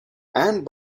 and